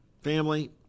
family